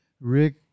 Rick